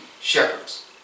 shepherds